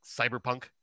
cyberpunk